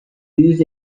used